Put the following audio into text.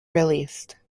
released